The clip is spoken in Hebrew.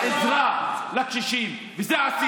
זאת תוספת, זאת עזרה לקשישים, ואת זה עשינו.